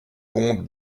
combe